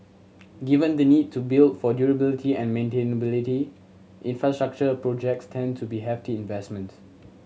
given the need to build for durability and maintainability infrastructure projects tend to be hefty investments